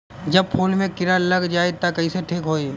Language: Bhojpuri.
जब फूल मे किरा लग जाई त कइसे ठिक होई?